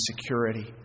security